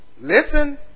listen